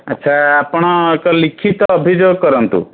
ଆଚ୍ଛା ଆପଣ ଏକ ଲିଖିତ ଅଭିଯୋଗ କରନ୍ତୁ